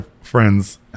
friends